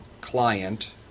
client